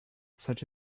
such